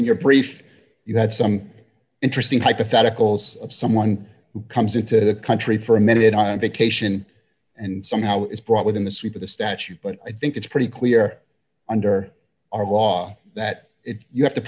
in your brief you had some interesting hypotheticals of someone who comes into the country for a minute on vacation and somehow is brought within the sweep of the statute but i think it's pretty clear under our law that if you have to